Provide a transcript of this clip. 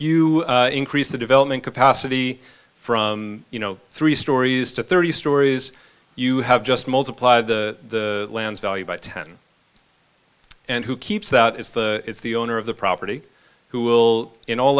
you increase the development capacity from you know three storeys to thirty stories you have just multiply the lands value by ten and who keeps that is the it's the owner of the property who will in all